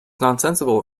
nonsensical